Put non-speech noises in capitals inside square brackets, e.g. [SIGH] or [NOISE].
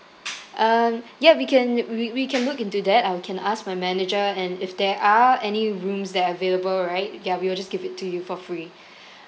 [NOISE] um yeah we can we we we can look into that I can ask my manager and if there are any rooms that are available right ya we will just give it to you for free [BREATH]